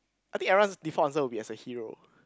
I think everyone's default answer will be as a hero